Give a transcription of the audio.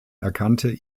erkannte